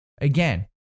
again